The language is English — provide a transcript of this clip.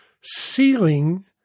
Sealing